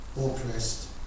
oppressed